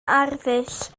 arddull